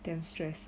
damn stress